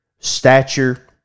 stature